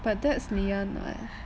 but that's leanne [what]